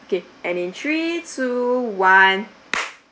okay and in three two one